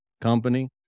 company